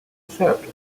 served